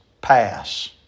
pass